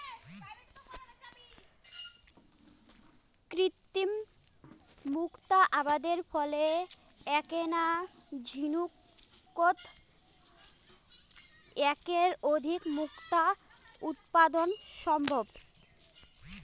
কৃত্রিম মুক্তা আবাদের ফলে এ্যাকনা ঝিনুকোত এ্যাকের অধিক মুক্তা উৎপাদন সম্ভব